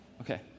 Okay